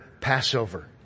Passover